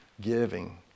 giving